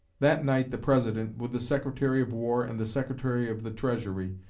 that night the president, with the secretary of war and the secretary of the treasury,